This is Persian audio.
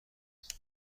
است